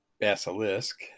Basilisk